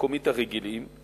המקומית הרגילים,